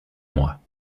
moi